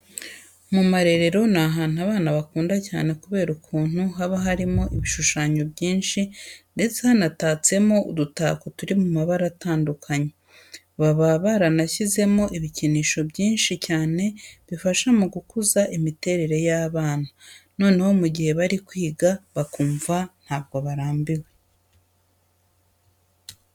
Mu marerero ni ahantu abana bakunda cyane kubera ukuntu haba harimo ibishushanyo byinshi ndetse hanatatsemo udutako turi mu mabara atandukanye. Baba baranashyizemo ibikinisho byinshi cyane bifasha mu gukuza imitekerereze y'abana, noneho mu gihe bari kwiga bakumva ntabwo barambiwe.